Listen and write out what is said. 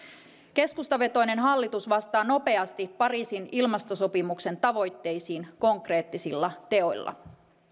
keskustavetoinen hallitus vastaa nopeasti pariisin ilmastosopimuksen tavoitteisiin konkreettisilla teoilla